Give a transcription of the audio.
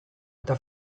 eta